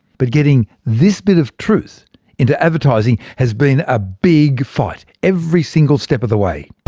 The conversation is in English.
but getting this bit of truth into advertising has been a big fight, every single step of the way.